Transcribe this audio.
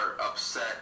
upset